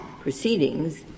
proceedings